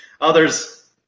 others